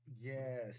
yes